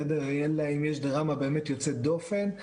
אלא אם יש דרמה באמת יוצאת דופן,